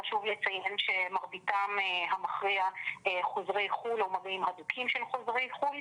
חשוב לציין שמרביתם המכריע חוזרי חו"ל או מגעים הדוקים של חוזרי חו"ל,